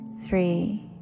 three